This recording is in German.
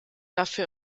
dafür